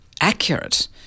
accurate